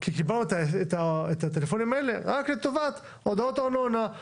כי קיבלנו את מספרי הטלפון האלה רק לטובת הודעות ארנונה,